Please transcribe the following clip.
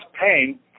pain